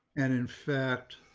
and in fact,